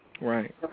Right